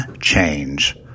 change